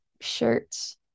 shirts